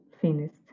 finished